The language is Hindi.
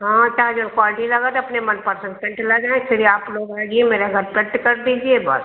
हाँ चाहे जो पार्टी लगाय देऊ अपन मनपसंद पेंट ले जाएँ फिर आप लोग आई जिए मेरे घर पेंट कर दीजिए